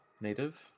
native